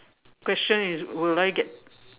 question is will I get